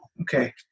okay